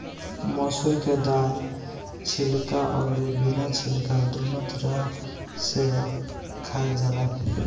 मसूर के दाल छिलका अउरी बिना छिलका दूनो तरह से खाइल जाला